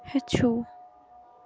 ہیٚچھِو